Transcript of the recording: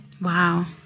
wow